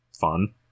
Fun